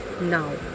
now